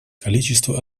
количества